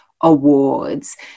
awards